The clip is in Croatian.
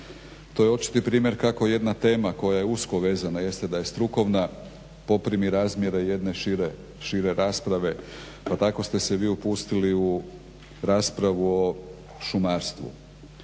to je očiti primjer kako je jedna tema koja je usko vezana, jeste da je strukovna poprimi razmjere jedne šire rasprave pa tako ste se vi upustili u raspravu o šumarstvu.